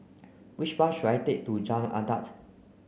which bus should I take to Jalan Adat